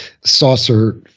saucer